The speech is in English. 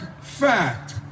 fact